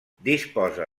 disposa